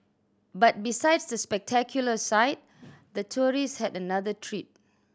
but besides the spectacular sight the tourist had another treat